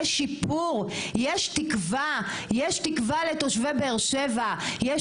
כל מה שרציתי לומר זה שלרוב,